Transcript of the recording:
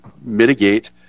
mitigate